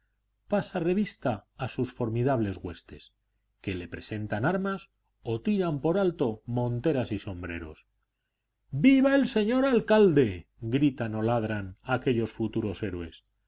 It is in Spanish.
pasa revista a sus formidables huestes que le presentan armas o tiran por alto monteras y sombreros viva el señor alcalde gritan o ladran aquellos futuros héroes